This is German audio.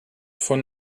von